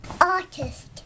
Artist